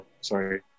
Sorry